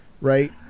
right